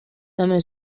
també